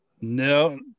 No